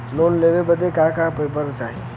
Loan लेवे बदे का का पेपर चाही?